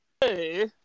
Hey